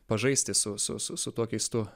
pažaisti su su su tuo keistu